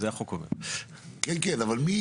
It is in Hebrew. מי